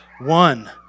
one